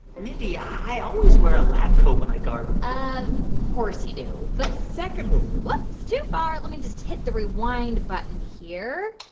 mindy, i always wear a lab coat when i garden of course you do. but. whoops, too far. let me just hit the rewind button here.